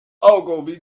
ogilvy